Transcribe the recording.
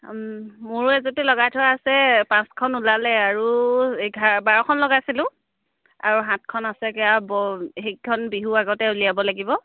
মোৰো এযুতি লগাই থোৱা আছে পাঁচখন ওলালে আৰু এঘাৰ বাৰখন লগাইছিলোঁ আৰু সাতখন আছেগৈ আৰু সেইকেইখন বিহু আগতে উলিয়াব লাগিব